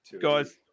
Guys